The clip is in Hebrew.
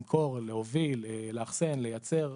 למכור, להוביל, לאחסן, לייצר.